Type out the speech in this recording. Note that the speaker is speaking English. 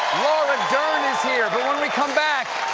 laura dern is here. but when we come back,